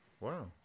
Wow